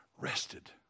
rested